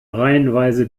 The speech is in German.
reihenweise